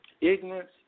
Ignorance